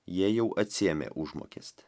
jie jau atsiėmė užmokestį